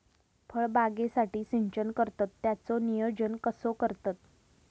फळबागेसाठी सिंचन करतत त्याचो नियोजन कसो करतत?